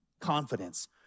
Confidence